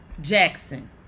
jackson